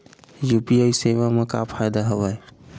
UPI सेवा मा का फ़ायदा हवे?